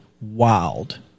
wild